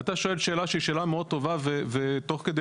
אתה שואל שאלה שהיא שאלה מאוד טובה ותוך כדי